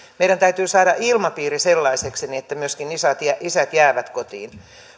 meidän täytyy saada ilmapiiri sellaiseksi että myöskin isät jäävät kotiin